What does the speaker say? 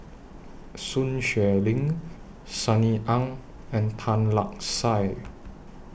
Sun Xueling Sunny Ang and Tan Lark Sye